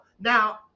Now